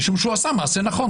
משום שהוא עשה מעשה נכון.